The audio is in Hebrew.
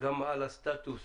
גם על הסטטוס,